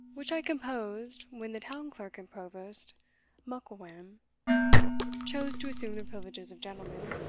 which i composed when the town-clerk and provost mucklewhame chose to assume the privileges of gentlemen,